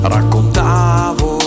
Raccontavo